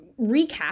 recap